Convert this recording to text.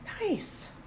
nice